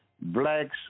blacks